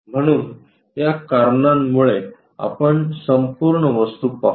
म्हणून या कारणांमुळे आपण संपूर्ण वस्तू पाहू